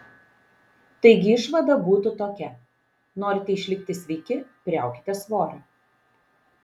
taigi išvada būtų tokia norite išlikti sveiki priaukite svorio